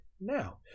now